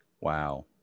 Wow